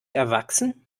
erwachsen